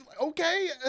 Okay